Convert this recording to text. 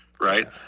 right